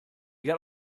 got